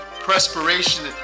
Perspiration